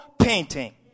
painting